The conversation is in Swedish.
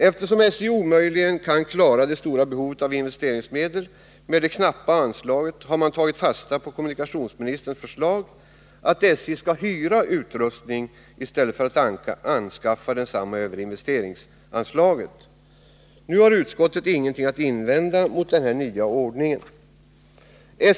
Eftersom SJ omöjligen kan klara det stora behovet av investeringsmedel med det knappa anslaget har man tagit fasta på kommunikationsministerns förslag att SJ skulle hyra utrustning i stället för att anskaffa densamma över investeringsanslaget. Nu har utskottet ingenting att invända mot denna nya ordning.